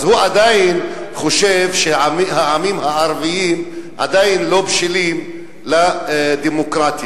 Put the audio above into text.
אז הוא עדיין חושב שהעמים הערביים עדיין לא בשלים לדמוקרטיה.